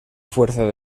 fuerza